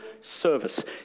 service